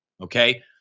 okay